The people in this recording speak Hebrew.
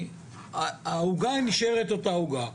העוגה נשארת אותה עוגה.